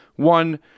one